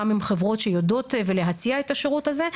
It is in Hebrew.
גם עם חברות שיודעות להציע את השירות הזה,